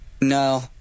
No